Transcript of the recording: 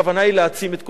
הכוונה היא להעצים את כוחה.